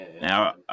Now